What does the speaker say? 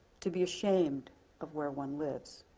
to be ashamed of where one lives.